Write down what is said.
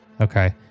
Okay